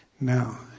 Now